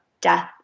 death